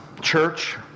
church